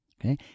Okay